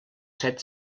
set